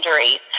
injuries